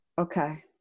Okay